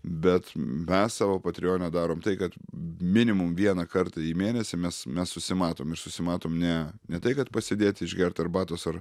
bet mes savo patreone darom tai kad minimum vieną kartą į mėnesį mes mes susimatom ir susimatom ne ne tai kad pasėdėt išgert arbatos ar